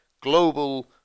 global